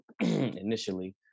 initially